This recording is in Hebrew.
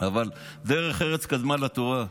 אבל דרך ארץ קדמה לתורה,